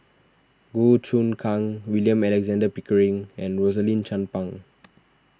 Goh Choon Kang William Alexander Pickering and Rosaline Chan Pang